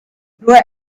nur